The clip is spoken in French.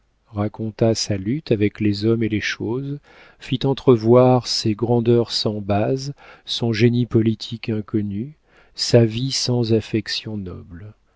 raconta sa lutte avec les hommes et les choses fit entrevoir ses grandeurs sans base son génie politique inconnu sa vie sans affection noble